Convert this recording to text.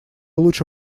лучше